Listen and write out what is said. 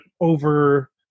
over